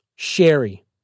Sherry